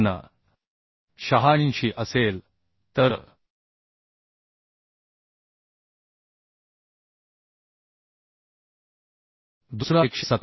86 असेल तर दुसरा 117